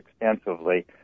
extensively